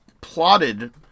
plotted